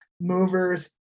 movers